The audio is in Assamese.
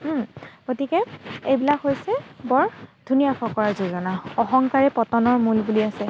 গতিকে এইবিলাক হৈছে বৰ ধুনীয়া ফকৰা যোজনা অহংকাৰে পতনৰ মূল বুলি আছে